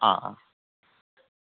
অঁ অঁ